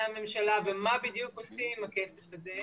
הממשלה ומה בדיוק עושים עם הכסף הזה.